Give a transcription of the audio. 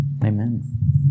Amen